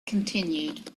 continued